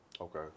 okay